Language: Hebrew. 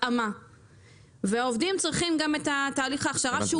התאמה והעובדים צריכים תהליך הכשרה שהוא